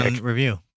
review